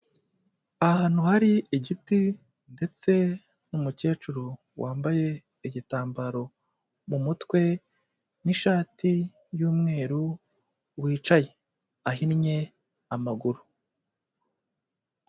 Ahantu hari igiti ndetse n'umukecuru wambaye igitambaro mu mutwe n'ishati y'umweru wicaye, ahinnye amaguru.